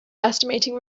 estimating